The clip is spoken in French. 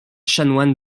chanoine